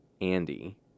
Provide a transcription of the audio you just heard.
Andy